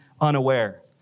unaware